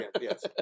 Yes